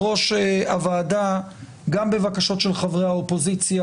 ראש הוועדה גם בבקשות של חברי האופוזיציה,